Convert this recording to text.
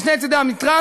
משני צדי המתרס,